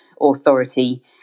authority